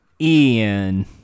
Ian